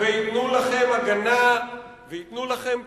וייתנו לכם הגנה וייתנו לכם פטור.